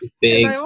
big